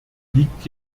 liegt